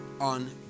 on